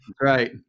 Right